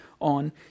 on